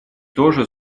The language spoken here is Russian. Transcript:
тоже